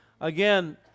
again